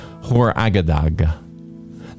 Hor-Agadag